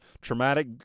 traumatic